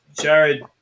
jared